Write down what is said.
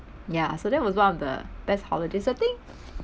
ya so that was one of the best holidays I think